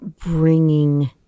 bringing